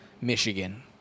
Michigan